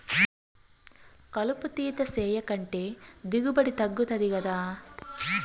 కలుపు తీత సేయకంటే దిగుబడి తగ్గుతది గదా